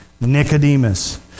Nicodemus